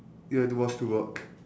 ya tomorrow still got